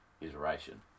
iteration